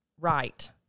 right